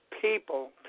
people